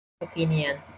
Opinion